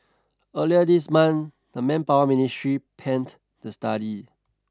earlier this month the Manpower Ministry panned the study